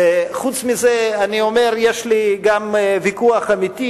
חוץ מזה, אני אומר, יש לי גם ויכוח אמיתי